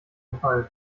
gefallen